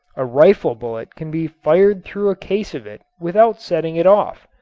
a rifle bullet can be fired through a case of it without setting it off,